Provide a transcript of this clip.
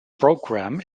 program